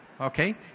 Okay